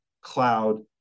cloud